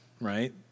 right